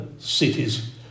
cities